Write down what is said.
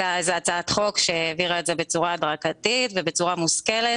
הייתה הצעת חוק שהעבירה את זה בצורה הדרגתית ובצורה מושכלת